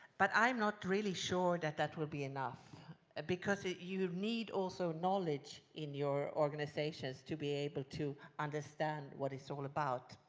but i am not really sure that that will be enough because ah you need also knowledge in your organisations to be able to understand what it's all about.